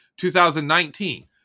2019